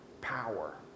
power